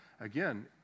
again